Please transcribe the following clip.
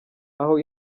aho